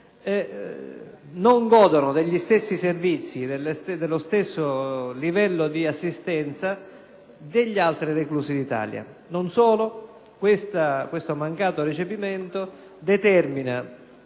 non godono degli stessi servizi, dello stesso livello di assistenza degli altri reclusi in Italia. Non solo: questo mancato recepimento determina